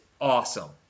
awesome